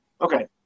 Okay